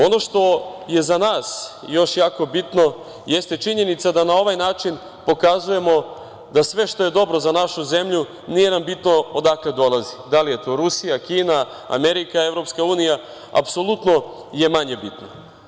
Ono što je za nas jako bitno jeste činjenica da na ovaj način pokazujemo da sve što je dobro za našu zemlju nije nam bitno odakle dolazi, da li je to Rusija, Kina, Amerika, Evropska unija, apsolutno je manje bitno.